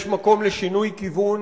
יש מקום לשינוי כיוון,